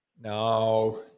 No